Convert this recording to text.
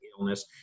illness